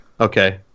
Okay